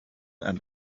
and